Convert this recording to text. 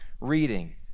reading